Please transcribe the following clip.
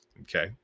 Okay